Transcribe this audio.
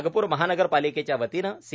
नागपूर महानगरपालिकेच्या वातीनं सी